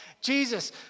Jesus